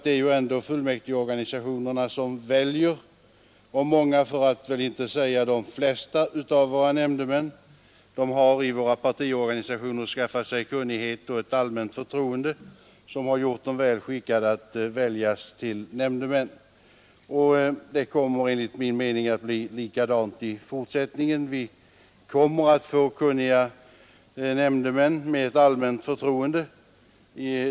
Det är ju ändå fullmäktigeorganisationerna som väljer, och många för att inte säga de flesta av våra nämndemän har i partiorganisationerna skaffat sig kunnighet och ett allmänt förtroende som har gjort dem väl skickade att väljas till nämndemän. Enligt min mening kommer det att bli likadant i fortsättningen. Vi kommer att få kunniga nämndemän med ett allmänt förtroende.